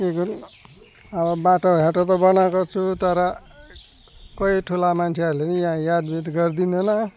के गर्नु अब बाटोघाटो त बनाएको छु तर कोही ठुला मान्छेहरूले नि यहाँ यादवाद गरिदिँदैन